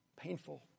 Painful